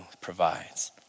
provides